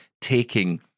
taking